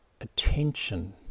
attention